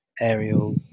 aerial